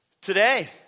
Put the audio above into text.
today